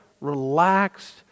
relaxed